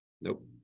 Nope